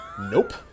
Nope